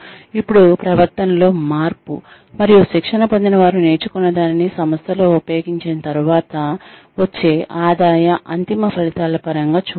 ఇప్పుడు ప్రవర్తనలో మార్పు మరియు శిక్షణ పొందినవారు నేర్చుకున్నదానిని సంస్థలో ఉపయోగించిన తరువాత వచ్చే ఆదాయ అంతిమ ఫలితాల పరంగా చూడాలి